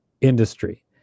industry